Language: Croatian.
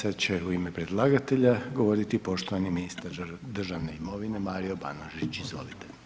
Sad će u ime predlagatelja govoriti poštovani ministar državne imovine Mario Banožić, izvolite.